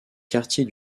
quartier